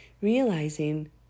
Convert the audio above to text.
realizing